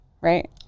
right